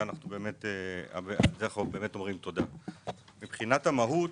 עכשיו מבחינת המהות.